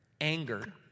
anger